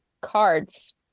cards